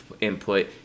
input